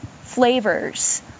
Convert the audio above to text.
flavors